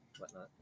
whatnot